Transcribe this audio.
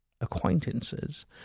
acquaintances